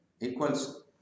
equals